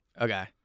Okay